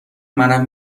منم